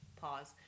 Pause